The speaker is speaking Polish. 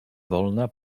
wolna